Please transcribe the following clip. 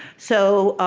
so